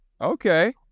Okay